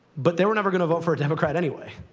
but they were never going to vote for a democrat anyway.